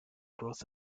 growth